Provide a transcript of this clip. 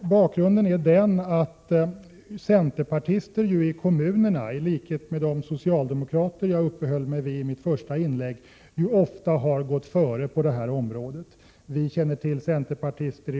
Bakgrunden är att centerpartister i flera kommuner — i likhet med de socialdemokrater som jag uppehöll mig vid i mitt första inlägg — har gjort viktiga insatser för att bryta nya vägar.